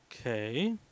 Okay